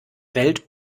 welt